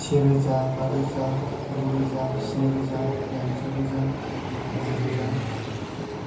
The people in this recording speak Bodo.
से रोजा बा रोजा द' रोजा स्नि रोजा दाइनजि रोजा गु रोजा